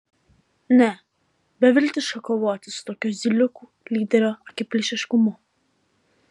ne beviltiška kovoti su tokiu zyliukų lyderio akiplėšiškumu